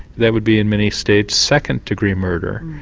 that would be in many states second degree murder.